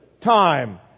time